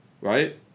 Right